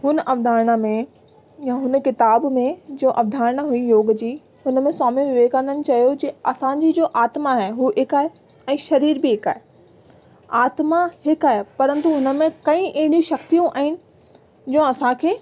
हुन अवधारणा में या हुन किताब में जो अवधारणा हुई योग जी हुनमें स्वामी विवेकानंद चयो जे असांजी जो आत्मा आहे हू हिक आहे ऐं शरीर बि हिक आहे आत्मा हिक आहे परंतू हुनमें कई अहिड़ियूं शक्तियूं आहिनि जो असांखे